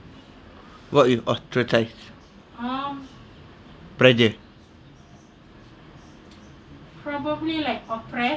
what is ostracise pressure